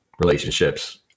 relationships